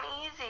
easy